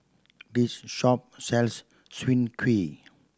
this shop sells Soon Kuih